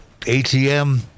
ATM